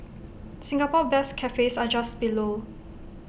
Singapore best cafes are just below